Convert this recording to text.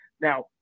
Now